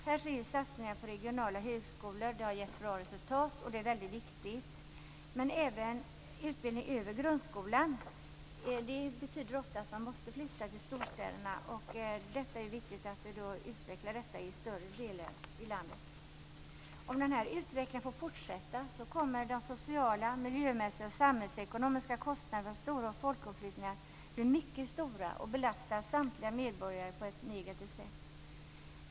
Här sker satsningar på regionala högskolor. Det har gett bra resultat, och det är väldigt viktigt. Utbildning över grundskolan betyder ofta att man måste flytta till storstäderna. Det är viktigt att utbildningen utvecklas i större delen av landet. Om denna utveckling får fortsätta kommer de sociala, miljömässiga och samhällsekonomiska kostnaderna av stora folkomflyttningar bli mycket stora och belasta samtliga medborgare på ett negativt sätt.